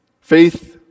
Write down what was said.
Faith